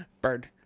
bird